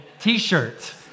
T-shirt